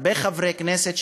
הרבה חברי כנסת,